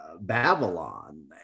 Babylon